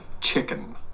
chicken